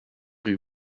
rue